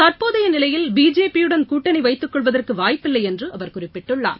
தற்போதைய நிலையில் பிஜேபியுடன் கூட்டணி வைத்துக் கொள்வதற்கு வாய்ப்பில்லை என்று அவர் குறிப்பிட்டுள்ளார்